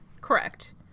Correct